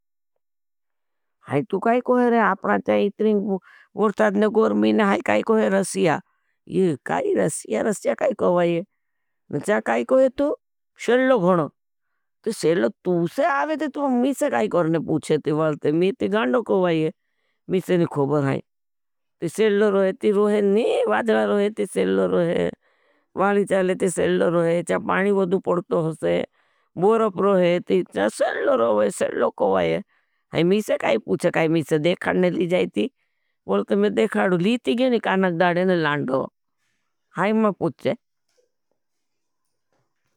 हैं तु काई कोई रहे हैं, आपना च्या इतनी वर्षादने गोर्मीने हैं काई कोई रसिया। ये काई रसिया, रसिया काई कोई हैं। न च्या काई कोई हैं तु, सेल्लो घणो। ते सेल्लो तू से आवे ते, तुम मी से काई करने पूछे ती वालते। मी ती गाणो कोई हैं, मी से नी खोबर हैं। ती सेल्लो रोहे, ती रोहे नी वादला रोहे, ती सेल्लो रोहे। वाली चाले ती सेल्लो रोहे, चाए पानी वदू पड़तो होसे। बोरप रोहे ती, चाए सेल्लो रोहे, सेल्लो कोई हैं। हाई मी से काई पूछे काई मी से, देखाड ने ली जायती। बोलते में देखाड ली ती गये नी, कानाग दाड़े न लाड़ो। हाई मां पूछे।